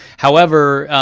however,